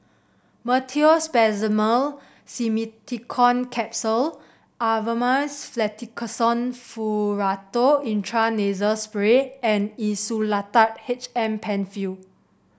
Meteospasmyl Simeticone Capsules Avamys Fluticasone Furoate Intranasal Spray and Insulatard H M Penfill